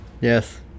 Yes